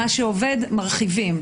מה שעובד מרחיבים.